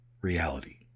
reality